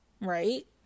Right